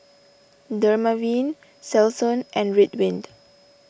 Dermaveen Selsun and Ridwind